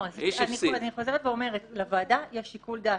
אני חוזרת ואומרת: לוועדה יש שיקול דעת,